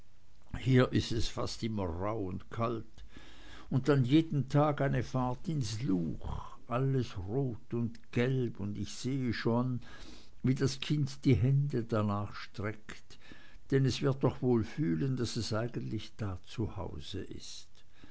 hier ist es fast immer rauh und kalt und dann jeden tag eine fahrt ins luch alles rot und gelb und ich sehe schon wie das kind die hände danach streckt denn es wird doch wohl fühlen daß es eigentlich da zu hause ist